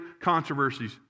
controversies